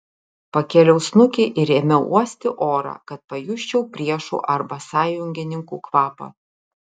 pakėliau snukį ir ėmiau uosti orą kad pajusčiau priešų arba sąjungininkų kvapą